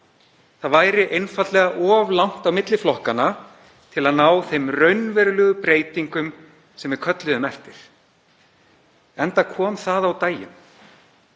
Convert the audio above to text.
Það væri einfaldlega of langt á milli flokkanna til að ná þeim raunverulegu breytingum sem við kölluðum eftir, enda kom það á daginn.